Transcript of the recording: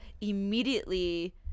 immediately